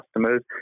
customers